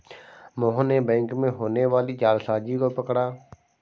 मोहन ने बैंक में होने वाली जालसाजी को पकड़ा